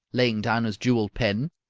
laying down his jewelled pen.